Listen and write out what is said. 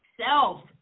self